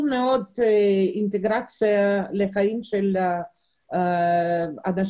חשובה מאוד אינטגרציה לחיים של האנשים